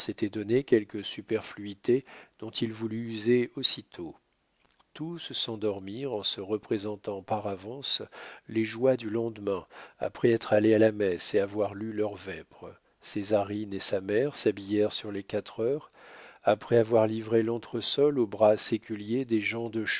donné quelques superfluités dont il voulut user aussitôt tous s'endormirent en se représentant par avance les joies du lendemain après être allées à la messe et avoir lu leurs vêpres césarine et sa mère s'habillèrent sur les quatre heures après avoir livré l'entresol au bras séculier des gens de